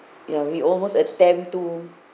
ya we almost attempt to